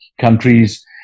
countries